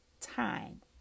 time